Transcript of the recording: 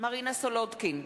מרינה סולודקין,